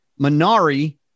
Minari